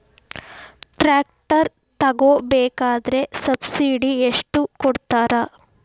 Tractor ತಗೋಬೇಕಾದ್ರೆ subsidy ಎಷ್ಟು ಕೊಡ್ತಾರ?